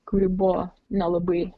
kuri buvo nelabai